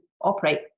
operate